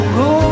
go